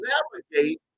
Navigate